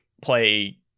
play